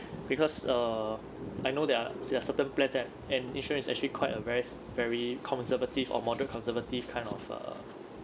because err I know there are there are certain plans that and insurance is actually quite a very very conservative or moderate conservative kind of err